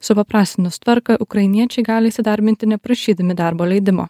supaprastinus tvarką ukrainiečiai gali įsidarbinti neprašydami darbo leidimo